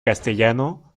castellano